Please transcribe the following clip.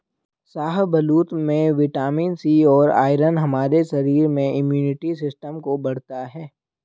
शाहबलूत में vitamin C और आयरन हमारे शरीर में इम्युनिटी सिस्टम को बढ़ता है